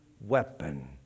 weapon